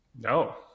No